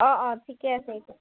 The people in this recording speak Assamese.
অঁ অঁ ঠিকে আছে এতিয়া